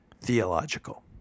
theological